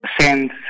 send